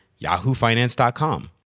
yahoofinance.com